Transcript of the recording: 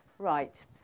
Right